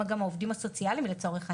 גם העובדים הסוציאליים לצורך העניין.